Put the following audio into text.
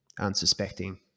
unsuspecting